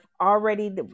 already